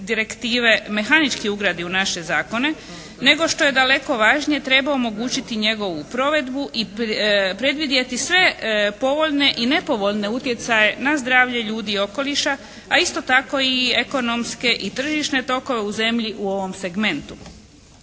direktive mehanički ugradi u naše zakone, nego što je daleko važnije treba omogućiti njegovu provedbu i predvidjeti sve povoljne i nepovoljne utjecaje na zdravlje ljudi i okoliša, a isto tako i ekonomske i tržišne tokove u zemlji u ovom segmentu.